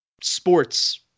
sports